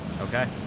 Okay